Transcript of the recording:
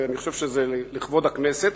ואני חושב שזה לכבוד הכנסת,